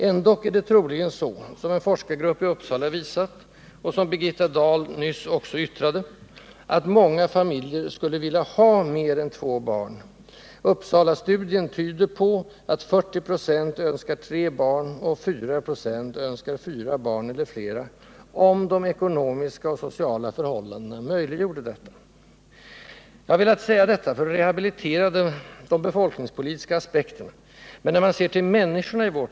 Ändock är det troligen så som en forskargrupp i Uppsala visat och som Birgitta Dahl nyss också nämnde, att många familjer skulle vilja ha mer än två barn. Uppsalastudien tyder på att 40 96 önskar tre barn och 4 96 fyra barn eller fler, om de ekonomiska och sociala förhållandena möjliggjorde detta. Jag har velat säga detta för att rehabilitera de befolkningspolitiska aspekterna, som man nästan bad om ursäkt för i går.